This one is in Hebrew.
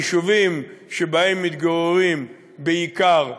יישובים שבהם מתגוררים בעיקר יהודים,